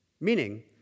Meaning